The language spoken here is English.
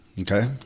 Okay